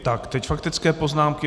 Tak teď faktické poznámky.